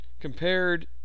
compared